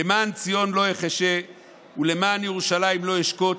"למען ציון לא אחשה ולמען ירושלם לא אשקוט